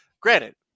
granted